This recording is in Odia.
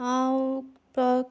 ଆଉ ତ